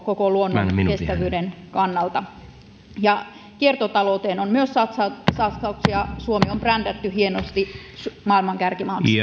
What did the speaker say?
koko luonnon kestävyyden kannalta kiertotalouteen on myös satsauksia suomi on brändätty hienosti maailman kärkimaaksi